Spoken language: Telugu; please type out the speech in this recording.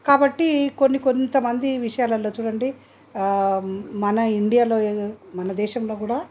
కాబట్టి కొన్ని కొంతమంది విషయాలలో చూడండి మన ఇండియాలో ఏ మన దేశంలో కూడా